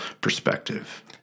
perspective